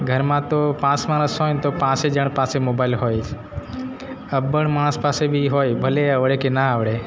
ઘરમાં તો પાંચ માણસ હોય ને તો પાંચે જણ પાસે મોબાઈલ હોય અભણ માણસ પાસે બી હોય ભલે આવડે કે ના આવડે